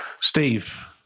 Steve